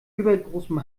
übergroßem